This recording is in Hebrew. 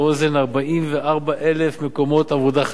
44,000 מקומות עבודה חדשים.